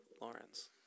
Lawrence